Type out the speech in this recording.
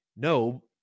No